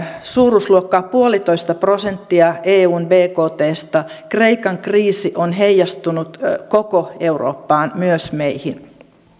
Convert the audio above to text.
suuruusluokkaa puolitoista prosenttia eun bktsta kreikan kriisi on heijastunut koko eurooppaan myös meihin